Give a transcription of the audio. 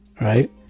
Right